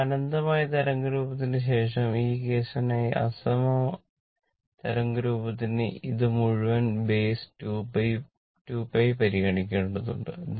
ഇപ്പോൾ അനന്തമായ തരംഗരൂപത്തിന് ശേഷം ഈ കേസിനായി അസമമായ തരംഗരൂപത്തിന് ഇത് മുഴുവൻ ബേസ് 2π പരിഗണിക്കേണ്ടതുണ്ട്